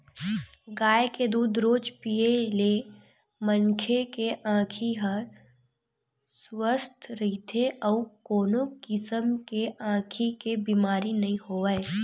गाय के दूद रोज पीए ले मनखे के आँखी ह सुवस्थ रहिथे अउ कोनो किसम के आँखी के बेमारी नइ होवय